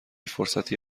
فرصتی